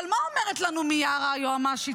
אבל מה אומרת לנו מיארה היועמ"שית?